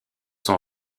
sont